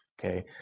Okay